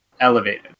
elevated